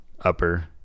upper